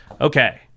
Okay